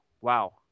wow